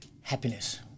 happiness